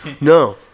No